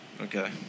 Okay